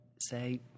say